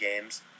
games